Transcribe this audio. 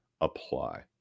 apply